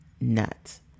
nuts